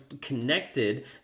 connected